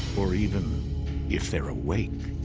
or even if they're awake.